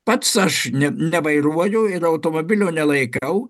pats aš nevairuoju ir automobilio nelaikau